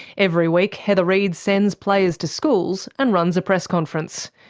every week, heather reid sends players to schools and runs a press conference.